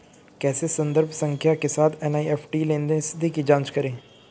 कैसे संदर्भ संख्या के साथ एन.ई.एफ.टी लेनदेन स्थिति की जांच करें?